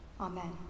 Amen